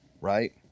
right